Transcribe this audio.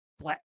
flat